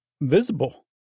visible